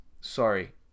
Sorry